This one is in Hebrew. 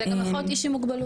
זה גם יכול להיות איש עם מוגבלות.